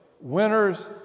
Winners